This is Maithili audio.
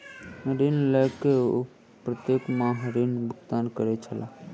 ऋण लय के ओ प्रत्येक माह ऋण भुगतान करै छलाह